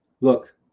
look